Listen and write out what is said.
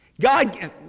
God